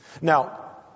Now